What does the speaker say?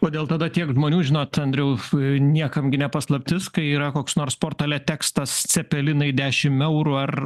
kodėl tada tiek žmonių žinot andriau niekam gi ne paslaptis kai yra koks nors portale tekstas cepelinai dešim eurų ar